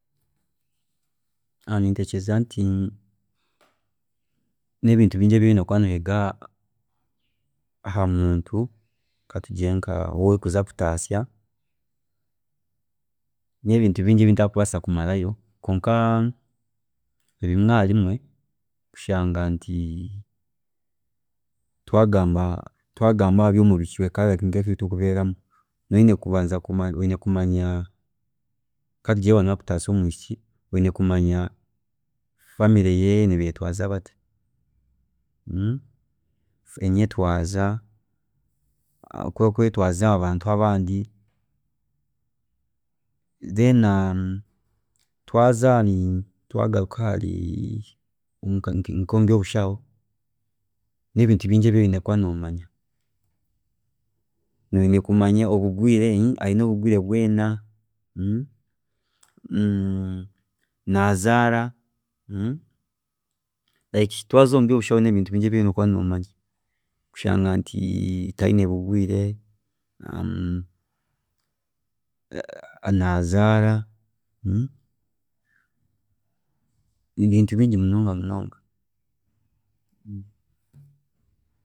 ﻿Naaba nintekyereza nti nebintu bingi ebi oyine kuba noyega aha muntu katugire nka waaba noza kutaasya, nebintu bingi ebi ntakubaasa kumarayo kwonka ebimwe nabimwe kushanga nti twagamba twagamba ahabyomubicweeka ebi tukubeeramu, waaba noyenda tutasya omwishiki oyine kumanya family yeeye nibeetwaaza bata, enyetwaaza, oku bakweetwaaza ahabantu abandi then twaaza ahari, twagaruka ahari nkomubyobushaho, nebintu bingi ebi oyine kuba nomanya, oyine kumanya oburwiire, ayine burwiire bwoona, nazaara, like nebintu bingi ebi oyine kuba nomanya, kushanga ni tayine burwiire, nazaara, nebintu bingi munonga munonga.